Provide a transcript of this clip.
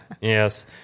Yes